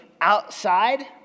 outside